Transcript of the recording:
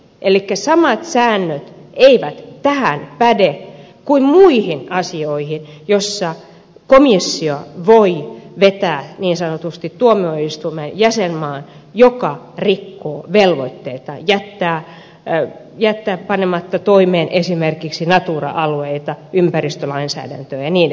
elikkä samat säännöt eivät tähän päde kuin muihin asioihin joissa komissio voi vetää niin sanotusti tuomioistuimeen jäsenmaan joka rikkoo velvoitteita jättää panematta toimeen esimerkiksi natura alueita ympäristölainsäädäntöä ja niin edelleen